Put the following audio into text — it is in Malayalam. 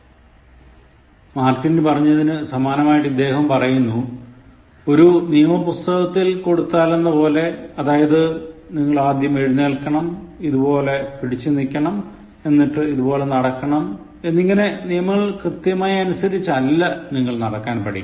" മാർക്ക് ട്വിൻ പറഞ്ഞതിനു സമാനമായി ഇദ്ദേഹവും പറയുന്നു ഒരു നിയമപുസ്തകത്തിൽ കൊടുത്താലെന്നപോലെ അതായത് നിങ്ങൾ ആദ്യം എഴുനേൽക്കണം ഇതുപോലെ പിടിച്ചു നിൽക്കണം എന്നിട്ട് ഇതുപോലെ നടക്കണം എന്നിങ്ങനെ നിയമങ്ങൾ കൃത്യമായി അനുസരിച്ചല്ല നിങ്ങൾ നടക്കാൻ പഠിക്കുന്നത്